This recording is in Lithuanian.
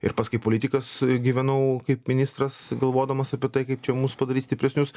ir pats kaip politikas gyvenau kaip ministras galvodamas apie tai kaip čia mus padaryt stipresnius